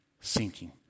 sinking